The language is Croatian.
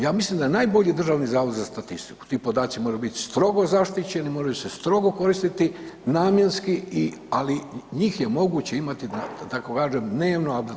Ja mislim da je najbolji Državni zavod za statistiku, ti podaci moraju bit strogo zaštićeni, moraju se strogo koristiti, namjenski i, ali njih je moguće imati … [[Govornik se ne razumije]] dnevno abdotirane.